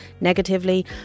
negatively